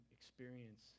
experience